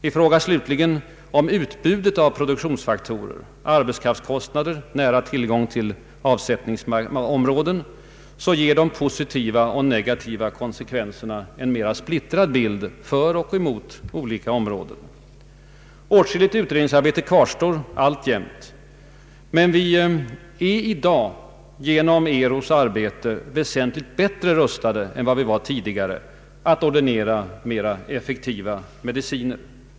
I fråga slutligen om utbudet av produktionsfaktorer såsom =<arbetskraftskostnader och nära tillgång till avsättningsområden ger de positiva och negativa konsekvenserna en mera splittrad bild för och emot olika områden. Åtskilligt utredningsarbete kvarstår alltjämt, men vi är i dag genom ERU:s arbete väsentligt bättre rustade än vi var tidigare att ordinera effektivare mediciner.